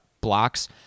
blocks